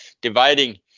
dividing